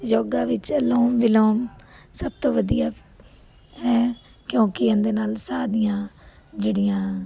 ਯੋਗਾ ਵਿੱਚ ਅਨੁਲੋਮ ਵਿਲੋਮ ਸਭ ਤੋਂ ਵਧੀਆ ਹੈ ਕਿਉਂਕਿ ਇਹਦੇ ਨਾਲ ਸਾਹ ਦੀਆਂ ਜਿਹੜੀਆਂ